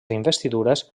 investidures